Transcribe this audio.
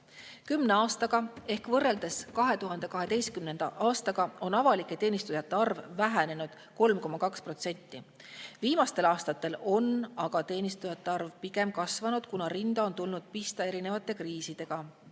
Kümne aastaga ehk võrreldes 2012. aastaga on avalike teenistujate arv vähenenud 3,2%. Viimastel aastatel on aga teenistujate arv pigem kasvanud, kuna rinda on tulnud pista kriisidega.